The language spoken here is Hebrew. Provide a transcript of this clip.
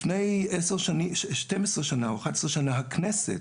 לפני 11-12 שנים הכנסת,